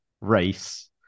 race